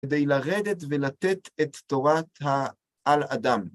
כדי לרדת ולתת את תורת העל אדם.